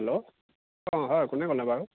hello অঁ হয় কোনে ক'লে বাৰু